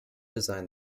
designed